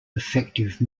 effective